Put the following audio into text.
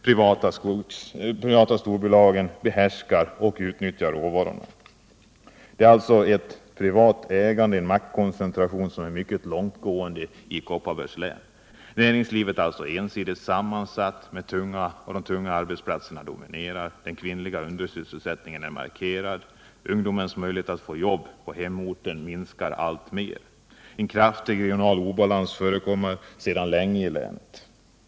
Privata storbolag behärskar och utnyttjar råvarorna. Det privata ägandet och maktkoncentrationen är mycket långtgående i Kopparbergs län. Näringslivet är ensidigt sammansatt, och de tunga arbetsplatserna dominerar. Den kvinnliga undersysselsättningen är markerad. Ungdomens möjligheter att få jobb på hemorten minskar alltmer. En kraftig regional obalans förekommer sedan länge inom länet.